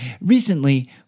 Recently